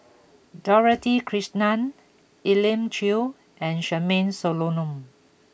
Dorothy Krishnan Elim Chew and Charmaine Solomon